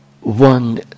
one